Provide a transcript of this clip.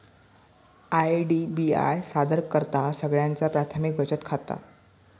IDBI सादर करतहा सगळ्यांचा प्राथमिक बचत खाता